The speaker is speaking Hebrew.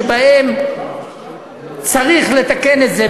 שבהם צריך לתקן את זה,